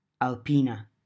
Alpina